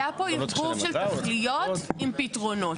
היה פה ערבוב של תכליות עם פתרונות.